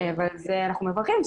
אנחנו מברכים על כך,